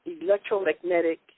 electromagnetic